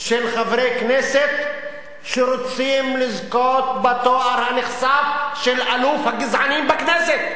של חברי כנסת שרוצים לזכות בתואר הנכסף של אלוף הגזענים בכנסת.